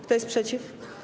Kto jest przeciw?